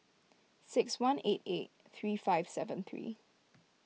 six one eight eight three five seven three